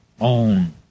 own